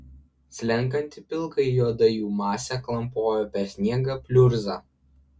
slenkanti pilkai juoda jų masė klampojo per sniego pliurzą